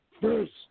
First